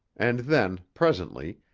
and then, presently,